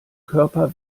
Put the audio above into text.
körper